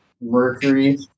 Mercury